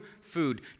food